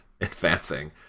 advancing